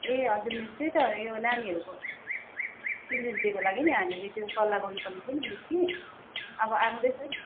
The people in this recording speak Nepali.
ए हजुर मिस त्यही त यो नानीहरूको चिल्ड्रेन्स डेको लागि नि हामीले त्यो सल्लाह गर्नुपर्ने थियो नि मिस कि अब आउँदैछ नि